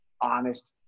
honest